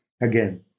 again